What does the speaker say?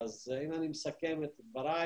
מבחינתו חתימה על החוזה זה גם פתרון.